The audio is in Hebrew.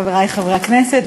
חברי חברי הכנסת,